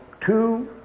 two